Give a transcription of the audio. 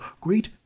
great